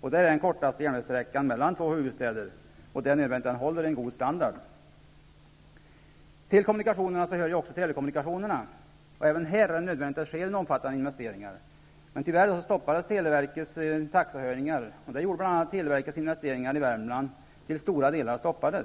Det är nödvändigt att den kortaste järnvägssträckan mellan två huvudstäder håller en god standard. Till kommunikationer hör också telekommunikationer. Även på det här området är det nödvändigt med omfattande investeringar. Tyvärr stoppades televerkets taxehöjningar, vilket gjorde att televerkets investeringar i Värmland till stora delar inte blev av.